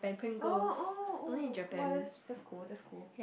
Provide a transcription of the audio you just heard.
oh oh oh !wah! that's that's cool that's cool